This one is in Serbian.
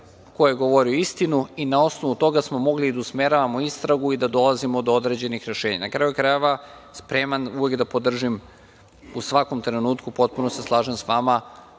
ko je govorio istinu i na osnovu toga smo mogli da usmeravamo istragu i da dolazimo do određenih rešenja. Na kraju krajeva, spreman uvek da podržim, u svakom trenutku, potpuno se slažem sa vama,